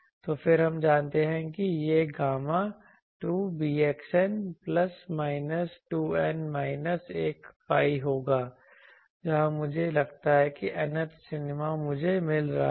तो फिर हम जानते हैं कि यह gamma 2 βxn plus minus 2n minus 1 pi होगा जहां मुझे लगता है कि nth मिनिमा मुझे मिल रहा है